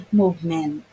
movement